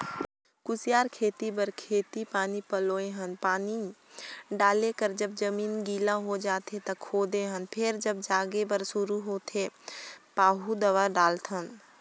कुसियार खेती बर खेत पानी पलोए हन पानी डायल कर जब जमीन गिला होए जाथें त खोदे हन फेर जब जागे बर शुरू होथे पाहु दवा डालथन